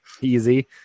easy